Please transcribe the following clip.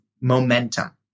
momentum